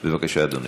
בבקשה, אדוני.